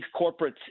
corporates